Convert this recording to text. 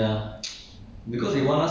oh 你可能不到